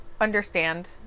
understand